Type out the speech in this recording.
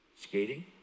Skating